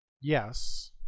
Yes